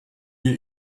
wir